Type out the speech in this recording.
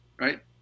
right